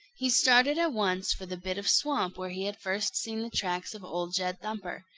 he started at once for the bit of swamp where he had first seen the tracks of old jed thumper.